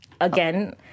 again